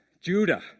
Judah